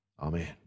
Amen